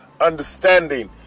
understanding